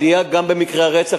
עלייה גם במקרי הרצח,